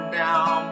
down